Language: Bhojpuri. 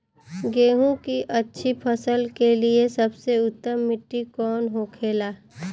गेहूँ की अच्छी फसल के लिए सबसे उत्तम मिट्टी कौन होखे ला?